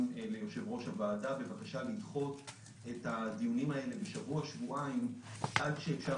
ליושב-ראש הוועדה בבקשה לדחות את הדיונים האלה בשבוע שבועיים עד שאפשר